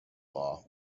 law